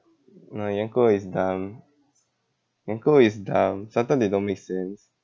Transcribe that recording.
no yanko is dumb yanko is dumb sometime they don't make sense